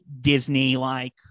Disney-like